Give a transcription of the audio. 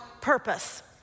purpose